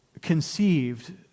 conceived